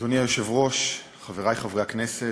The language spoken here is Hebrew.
אדוני היושב-ראש, חברי חברי הכנסת,